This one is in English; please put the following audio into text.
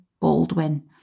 Baldwin